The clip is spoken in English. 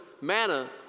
manna